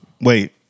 Wait